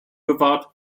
bewahrt